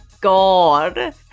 God